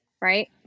right